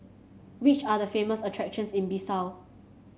which are the famous attractions in Bissau